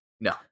No